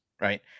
right